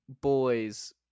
boys